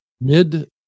mid